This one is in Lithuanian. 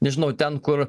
nežinau ten kur